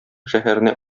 шәһәренә